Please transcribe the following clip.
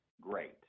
great